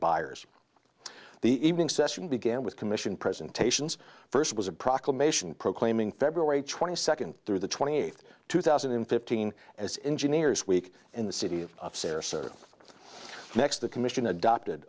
buyers the evening session began with commission presentations first was a proclamation proclaiming february twenty second through the twenty eighth two thousand and fifteen as engineers week in the city of next the commission adopted